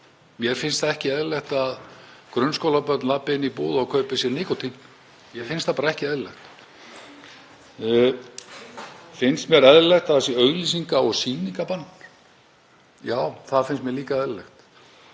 Mér finnst ekki eðlilegt að grunnskólabörn labbi inn í búð og kaupi sér nikótín. Mér finnst það bara ekki eðlilegt. Finnst mér eðlilegt að það sé auglýsinga- og sýningarbann? Já, það finnst mér líka eðlilegt.